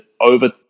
over